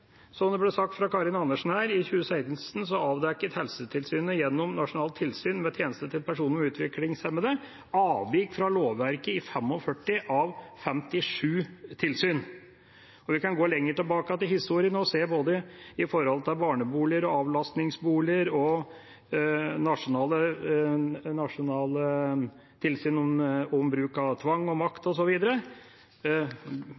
Som det ble sagt av Karin Andersen her: I 2016 avdekket Helsetilsynet, gjennom nasjonalt tilsyn med tjenester til personer med utviklingshemning, avvik fra lovverket i 45 av 57 tilsyn. Vi kan også gå lenger tilbake i historien og se på både barneboliger, avlastningsboliger og nasjonale tilsyn om bruk av tvang og makt